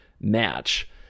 match